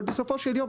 אבל בסופו של יום,